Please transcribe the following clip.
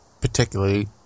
particularly